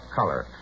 color